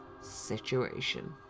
situation